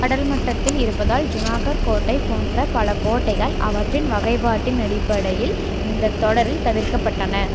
கடல் மட்டத்தில் இருப்பதால் ஜுனாகர் கோட்டை போன்ற பல கோட்டைகள் அவற்றின் வகைப்பாட்டின் அடிப்படையில் இந்தத் தொடரில் தவிர்க்கப்பட்டன